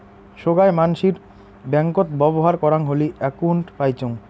সোগায় মানসির ব্যাঙ্কত ব্যবহর করাং হলি একউন্ট পাইচুঙ